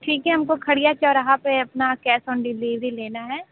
ठीक है हमको खड़िया चौराहा पे अपना कैश ऑन डिलीवरी लेना हैं